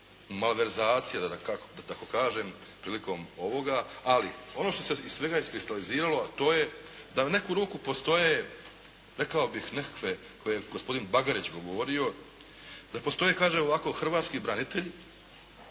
malverzacija da tako kažem prilikom ovoga. Ali, ono što se iz svega iskristaliziralo, a to je da u neku ruku postoje rekao bih nekakve koje je gospodin Bagarić govorio, da postoje kaže ovako hrvatski branitelji,